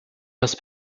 was